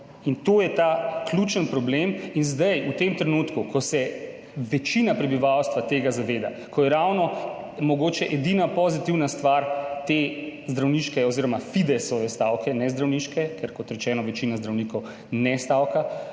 In to je ta ključen problem. Zdaj, v tem trenutku, ko se večina prebivalstva tega zaveda, ko je ravno mogoče edina pozitivna stvar te zdravniške oziroma Fidesove stavke, ne zdravniške, ker, kot rečeno, večina zdravnikov ne stavka,